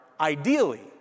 Ideally